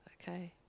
Okay